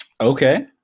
Okay